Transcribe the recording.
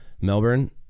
Melbourne